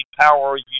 power